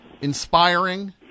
inspiring